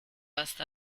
hasta